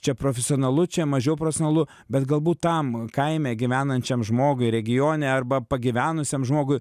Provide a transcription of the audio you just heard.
čia profesionalu čia mažiau profesionalu bet galbūt tam kaime gyvenančiam žmogui regione arba pagyvenusiam žmogui